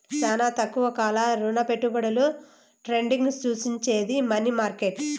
శానా తక్కువ కాల రుణపెట్టుబడుల ట్రేడింగ్ సూచించేది మనీ మార్కెట్